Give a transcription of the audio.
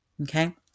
okay